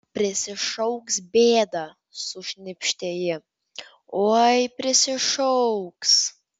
prisišauks bėdą sušnypštė ji oi prisišauks